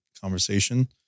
conversation